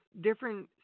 different